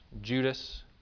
Judas